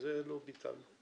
את זה לא ביטלנו.